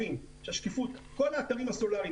כל האתרים הסלולריים,